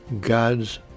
God's